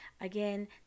again